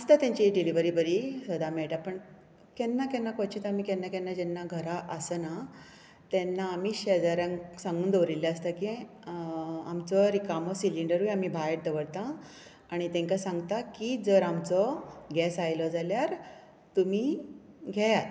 आसतां तेंची डिलीव्हरी बरी सदां मेळटा पण केन्ना केन्ना क्वचित आनी केन्ना केन्ना जेन्ना घरा आसना तेन्ना आमी शेजाऱ्यांक सांगून दवरिल्ले आसता की आमचो रिकामो सिंलिडरूय आमी भायर दवरतां आनी तांकां सांगता की जर आमचो गॅस आयलो जाल्यार तुमी घेयात